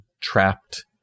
trapped